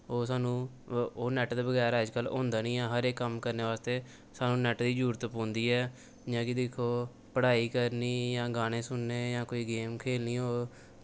ओह् सानूं ओ ओह् नैट्ट दे बगैर अजकल्ल होंदा निं है हर इक्क कम्म करने वास्ते सानूं नैट्ट दी जरूरत पौंदी ऐ जि'यां कि दिक्खो पढ़ाई करनी जां गाने सुनने जां कोई गेम खेलनी होग